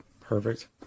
Perfect